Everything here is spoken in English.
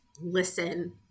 listen